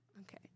Okay